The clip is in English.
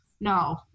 No